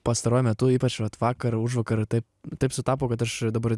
pastaruoju metu ypač vat vakar užvakar taip taip sutapo kad aš dabar